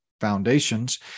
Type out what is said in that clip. foundations